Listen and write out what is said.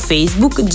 Facebook